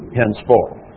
henceforth